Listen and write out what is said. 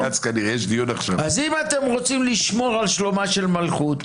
אז אם אתם רוצים לשמור על שלומה של מלכות,